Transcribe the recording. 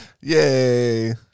Yay